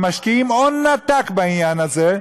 הם משקיעים הון עתק בעניין הזה,